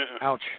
Ouch